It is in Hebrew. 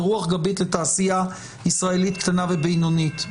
לרוח גבית לתעשייה ישראלית קטנה ובינונית,